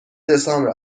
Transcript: دسامبر